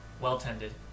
well-tended